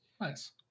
Nice